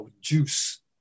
juice